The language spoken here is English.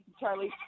Charlie